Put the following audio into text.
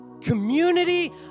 community